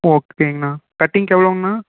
ஓகேங்கண்ணா கட்டிங்குக்கு எவ்வளோங்கண்ணா